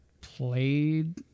played